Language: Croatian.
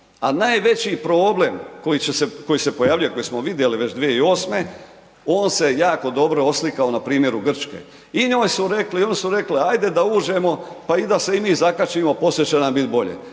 a najveći problem koji se pojavljuje, kojeg smo vidjeli već 2008., on se jako dobro oslikao na primjeru Grčke. I oni su rekli ajde da uđemo pa i da se i mi zakačimo, poslije će nam bit bolje,